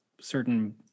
certain